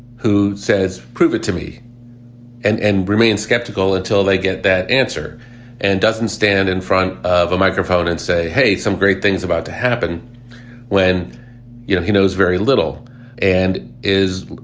who says, prove it to me and and remain skeptical until they get that answer and doesn't stand in front of a microphone and say, hey, some great things about to happen when you know he knows very little and is